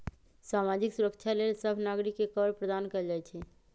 सामाजिक सुरक्षा लेल सभ नागरिक के कवर प्रदान कएल जाइ छइ